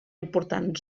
important